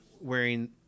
wearing